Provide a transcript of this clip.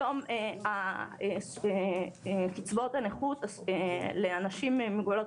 היום קצבאות הנכות לאנשים עם מוגבלויות